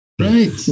Right